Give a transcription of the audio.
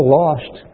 lost